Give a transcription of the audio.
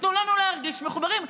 תנו לנו להרגיש מחוברים.